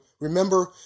remember